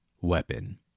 weapon